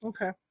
Okay